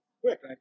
quick